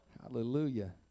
Hallelujah